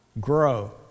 Grow